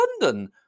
London